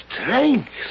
strength